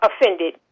offended